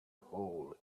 hole